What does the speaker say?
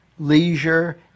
Leisure